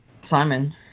Simon